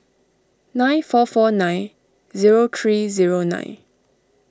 nine four four nine zero three zero nine